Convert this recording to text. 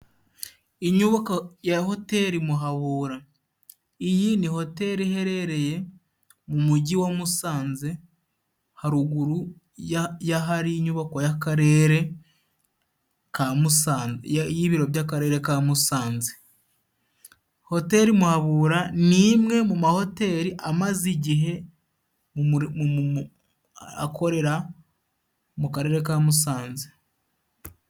Inyubako ya Hoteri Muhabura， iyi ni Hotel iherereye mu mujyi wa Musanze， haruguru y'ahari inyubako y'akarere ka Musanze， y'ibiro by'akarere ka Musanze. Hoteri Muhabura ni imwe mu ma Hoteri amaze igihe akorera mu karere ka Musanze.